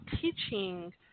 teaching